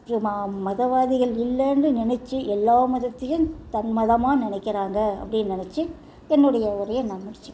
முக்கியமாக மதவாதிகள் இல்லைன்னு நினச்சி எல்லா மதத்தையும் தன் மதமாக நினைக்கிறாங்க அப்படின் நினச்சி என்னுடைய உரையை நான் முடிச்சிக்கிறேன்